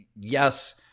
Yes